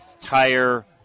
tire